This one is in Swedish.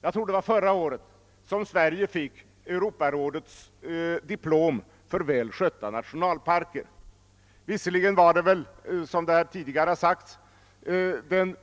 Jag tror att det var förra året som Sverige fick Europarådets diplom för väl skötta nationalparker. Det var väl, som tidigare har sagts,